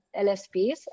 LSPs